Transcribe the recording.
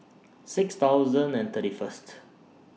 six thousand and thirty First